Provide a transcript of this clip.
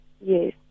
Yes